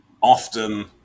often